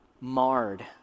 marred